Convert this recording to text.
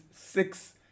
six